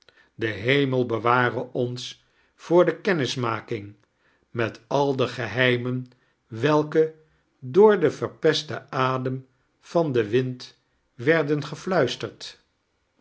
de hemel beware ons voor de kennismaking met al de geheimen welke door den verpesten adem van den wind werden